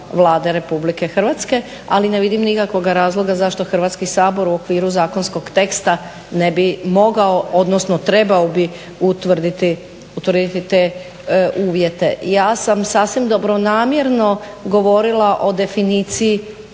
Vlade RH, ali ne vidim nikakvoga razloga zašto Hrvatski sabor u okviru zakonskog teksta ne bi mogao, odnosno trebao bi utvrditi te uvjete. Ja sam sasvim dobronamjerno govorila o definiciji